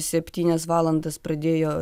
septynias valandas pradėjo